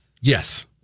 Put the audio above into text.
Yes